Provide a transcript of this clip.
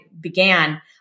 began